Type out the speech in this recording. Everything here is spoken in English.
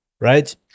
right